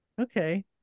Okay